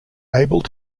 able